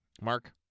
Mark